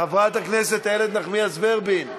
חברת הכנסת איילת נחמיאס ורבין?